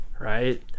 Right